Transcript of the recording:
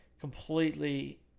completely